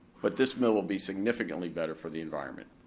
but this mill will be significantly better for the environment.